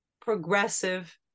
progressive